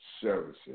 Services